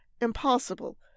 impossible